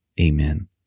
Amen